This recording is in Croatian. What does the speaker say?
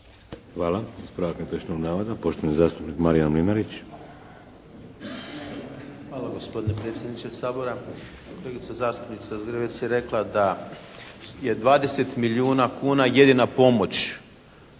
Hvala. Ispravak netočnog navoda, poštovani zastupnik Marijan Mlinarić. **Mlinarić, Marijan (HDZ)** Hvala gospodine predsjedniče Sabora. Kolegica zastupnica Zgrebec je rekla da je 20 milijuna kuna jedina pomoć